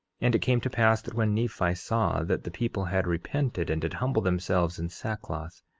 and it came to pass that when nephi saw that the people had repented and did humble themselves in sackcloth,